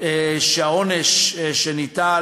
העונש שניתן